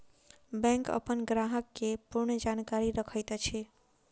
bank अपन ग्राहक के पूर्ण जानकारी रखैत अछि